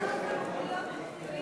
לא סמכויות, תקציבים,